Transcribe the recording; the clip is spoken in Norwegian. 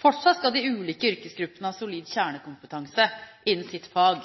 Fortsatt skal de ulike yrkesgruppene ha solid kjernekompetanse innen sitt fag,